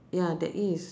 ya there is